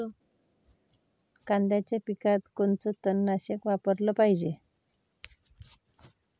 कांद्याच्या पिकात कोनचं तननाशक वापराले पायजे?